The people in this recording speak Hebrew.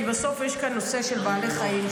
כי בסוף יש כאן נושא של בעלי חיים,